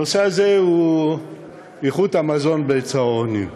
הנושא הוא איכות המזון בצהרונים.